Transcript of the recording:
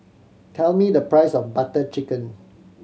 tell me the price of Butter Chicken